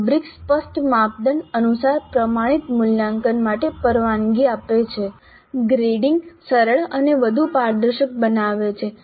rubrics સ્પષ્ટ માપદંડ અનુસાર પ્રમાણિત મૂલ્યાંકન માટે પરવાનગી આપે છે ગ્રેડિંગ સરળ અને વધુ પારદર્શક બનાવે છે